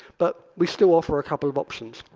but we still offer a couple of options.